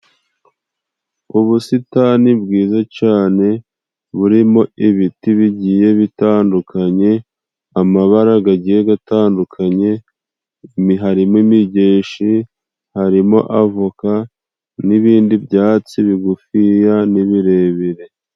Ubusitani bwiza cane burimo ibiti bigiye bitandukanye, amabara gagiye gatandukanye mi harimo imigeshi, harimo avoka n'ibindi byatsi bigufiya n'ibirebire.